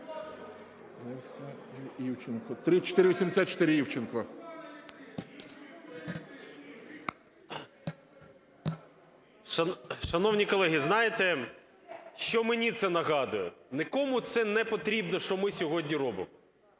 ІВЧЕНКО В.Є. Шановні колеги! Знаєте, що мені це нагадує? Нікому це не потрібно, що ми сьогодні робимо.